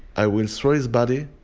i will throw his body.